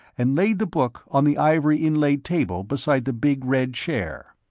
and laid the book on the ivory-inlaid table beside the big red chair.